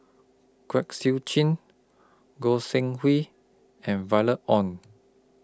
Kwek Siew Jin Goi Seng Hui and Violet Oon